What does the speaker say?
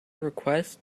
request